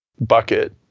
bucket